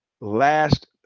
Last